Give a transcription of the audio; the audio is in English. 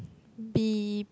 be